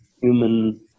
human